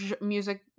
music